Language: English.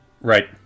Right